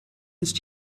ist